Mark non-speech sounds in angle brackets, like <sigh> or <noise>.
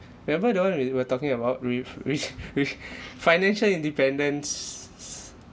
remember the one we were talking about <laughs> ref~ re~ reach financial independence